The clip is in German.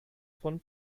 von